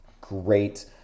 Great